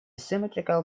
symmetrical